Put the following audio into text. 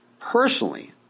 personally